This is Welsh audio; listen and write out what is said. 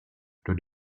rydw